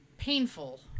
painful